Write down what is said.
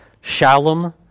Shalom